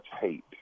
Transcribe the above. hate